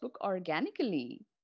organically